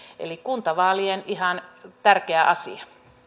eli kuntavaalien ihan tärkeä asia